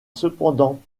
cependant